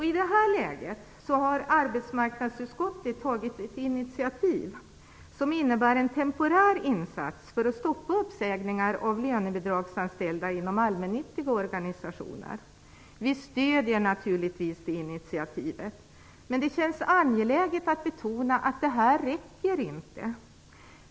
I det här läget har arbetsmarknadsutskottet tagit ett initiativ som innebär en temporär insats för att stoppa uppsägningar av lönebidragsanställda inom allmännyttiga organisationer. Vi stöder naturligtvis initiativet. Men det känns angeläget att betona att detta inte räcker.